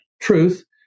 truth